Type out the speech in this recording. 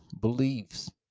beliefs